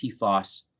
PFOS